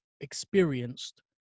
experienced